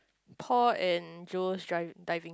Paul and Joe's driving diving